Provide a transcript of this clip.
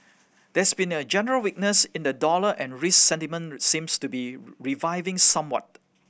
there's been a general weakness in the dollar and risk sentiment seems to be reviving somewhat